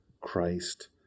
Christ